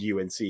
UNC